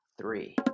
three